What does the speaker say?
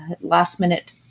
last-minute